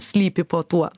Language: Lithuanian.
slypi po tuo